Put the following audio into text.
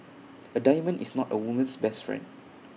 A diamond is not A woman's best friend